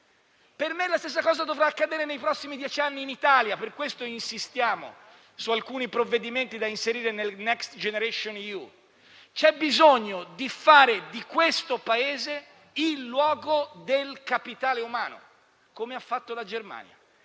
Per me, la stessa cosa dovrà accadere nei prossimi dieci anni in Italia: per questo insistiamo su alcuni provvedimenti da inserire nel Next generation EU. C'è bisogno di fare di questo Paese il luogo del capitale umano, come ha fatto la Germania